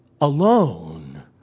alone